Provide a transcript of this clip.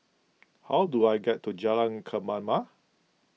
how do I get to Jalan Kemaman